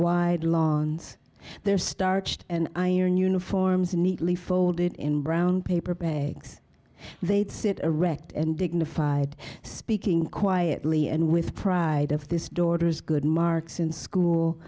wide lawns their starched and ironed uniforms neatly folded in brown paper bags they'd sit a wrecked and dignified speaking quietly and with pride of this daughter's good marks in school